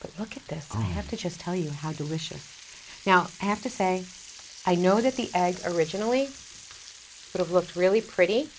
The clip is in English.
but look at this i have to just tell you how delicious now i have to say i know that the egg originally but it looked really pretty